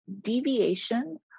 deviation